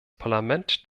parlament